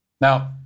Now